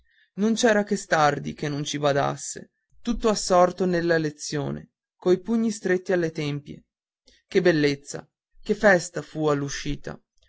non c'era che stardi che non ci badasse tutto assorto nella lezione coi pugni stretti alle tempie che bellezza che festa fu